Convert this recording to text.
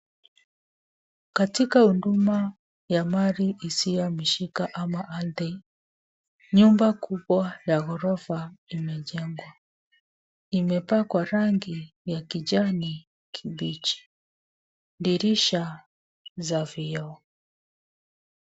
Katika huduma ya mali isiyohamishika ama ardhi, nyumba kubwa la ghorofa limejengwa. Imepakwa rangi ya kijani kibichi. Dirisha za vioo.